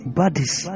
bodies